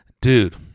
dude